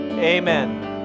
Amen